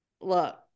look